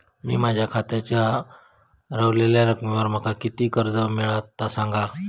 मी माझ्या खात्याच्या ऱ्हवलेल्या रकमेवर माका किती कर्ज मिळात ता सांगा?